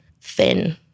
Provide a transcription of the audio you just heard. thin